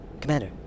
Commander